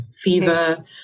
fever